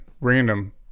Random